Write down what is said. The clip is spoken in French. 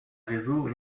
réseau